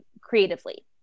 creatively